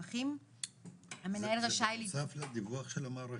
זה בנוסף לדיווח של המערכת?